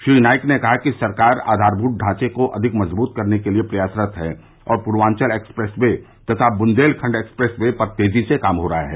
श्री नाईक ने कहा कि सरकार आधारभुत ढांचे को अधिक मजबूत करने के लिये प्रयासरत है और पूर्वांचल एक्सप्रेस वे तथा बुन्देलखंड एक्सप्रेस वे पर तेज़ी से काम हो रहा है